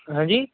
ਹੈਂ ਜੀ